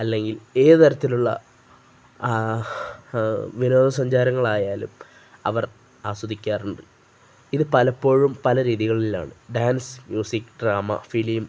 അല്ലെങ്കിൽ ഏത് തരത്തിലുള്ള വിനോദസഞ്ചാരങ്ങളായാലും അവർ ആസ്വദിക്കാറുണ്ട് ഇത് പലപ്പോഴും പല രീതികളിലാണ് ഡാൻസ് മ്യൂസിക് ഡ്രാമ ഫിലിം